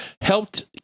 helped